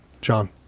john